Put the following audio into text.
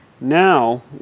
Now